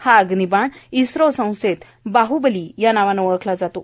हा अग्निबाण इस्रो संस्थेत बाहबली या नावानं ओळखला जातो